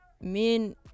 men